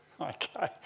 okay